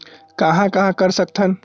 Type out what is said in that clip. कहां कहां कर सकथन?